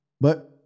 But-